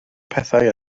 pethau